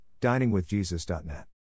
diningwithjesus.net